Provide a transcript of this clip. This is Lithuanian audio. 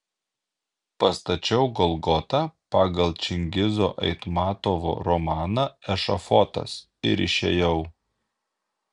pastačiau golgotą pagal čingizo aitmatovo romaną ešafotas ir išėjau